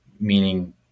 Meaning